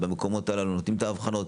נותנים את האבחונים.